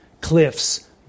cliffs